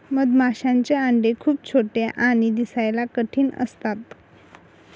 मधमाशांचे अंडे खूप छोटे आणि दिसायला कठीण असतात